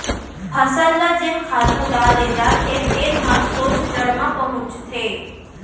फसल ल जेन खातू डाले जाथे तेन ह सोझ जड़ म पहुंचथे